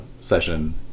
session